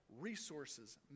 resources